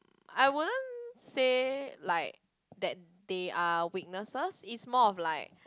I wouldn't say like that they are weaknesses it's more of like